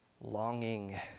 longing